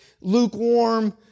lukewarm